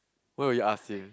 what were you asking